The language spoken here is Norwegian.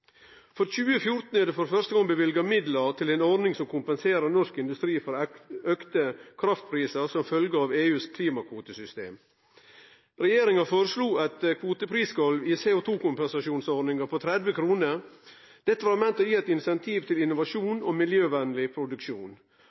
For 2014 er det for første gong løyvd midlar til ei ordning som kompenserer norsk industri for auka kraftprisar som følgje av EUs klimakvotesystem. Regjeringa foreslo eit kvoteprisgolv i CO2-kompensasjonsordninga på 30 kr. Dette var meint å gi eit incentiv til innovasjon og miljøvennleg produksjon.